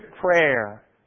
Prayer